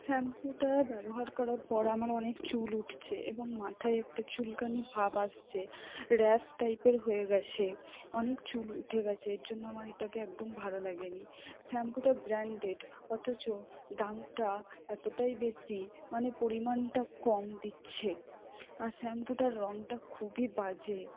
শ্যাম্পুটা ব্যবহার করার পর আমার অনেক চুল উঠছে এবং মাথায় একটা চুলকানি ভাব আসছে র্যাশ টাইপের হয়ে গিয়েছে অনেক চুল উঠে গিয়েছে এর জন্য আমার এটাকে একদম ভালো লাগেনি শ্যাম্পুটা ব্র্যান্ডেড অথচ দামটা এতটাই বেশি মানে পরিমাণটা কম দিচ্ছে আর শ্যাম্পুটার রংটা খুবই বাজে